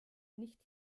nicht